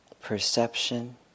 perception